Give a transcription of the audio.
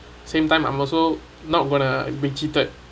same time I'm also not going to be cheated